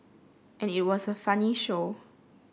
and it was a funny show